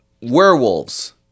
werewolves